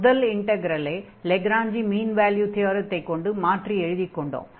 முதல் இன்டக்ரலை Lagrange mean value தியரத்தைக் கொண்டு மாற்றி எழுதிக் கொண்டோம்